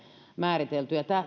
määritelty